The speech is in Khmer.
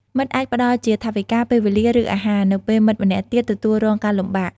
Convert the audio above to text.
មិត្តអាចផ្ដល់ជាថវិកា ពេលវេលា ឬអាហារ នៅពេលមិត្តម្នាក់ទៀតទទួលរងការលំបាក។